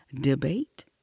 debate